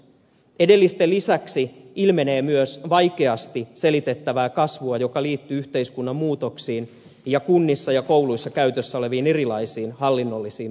edellisten lisäksi ilmenee myös vaikeasti selitettävää kasvua joka liittyy yhteiskunnan muutoksiin ja kunnissa ja kouluissa käytössä oleviin erilaisiin hallinnollisiin menettelytapoihin